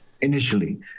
initially